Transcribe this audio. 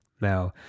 Now